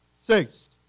Six